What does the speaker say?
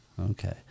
Okay